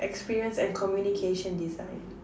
experience and communication design